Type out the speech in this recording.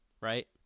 right